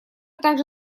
также